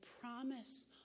promise